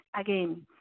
again